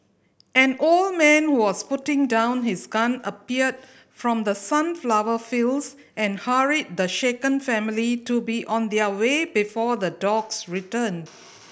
an old man who was putting down his gun appeared from the sunflower fields and hurried the shaken family to be on their way before the dogs return